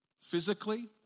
physically